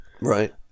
Right